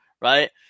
right